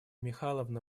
михайловна